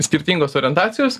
skirtingos orientacijos